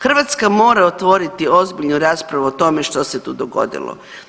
Hrvatska mora otvoriti ozbiljnu raspravu o tome što se tu dogodilo.